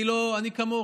אני כמוך,